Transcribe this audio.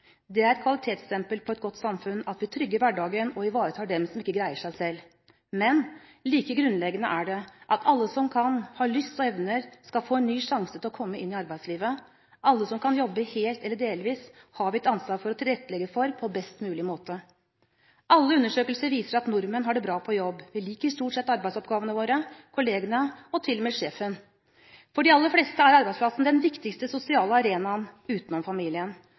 Det er et kvalitetsstempel på et godt samfunn at vi trygger hverdagen og ivaretar dem som ikke greier seg selv. Men like grunnleggende er det at alle som kan, og har lyst og evner, skal få en ny sjanse til å komme inn i arbeidslivet. Alle som kan jobbe helt eller delvis har vi et ansvar for å tilrettelegge for på best mulig måte. Alle undersøkelser viser at nordmenn har det bra på jobb. Vi liker stort sett arbeidsoppgavene våre, kollegene og til og med sjefen. For de aller fleste er arbeidsplassen den viktigste sosiale arenaen utenom familien,